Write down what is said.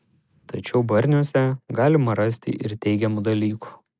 tačiau barniuose galima rasti ir teigiamų dalykų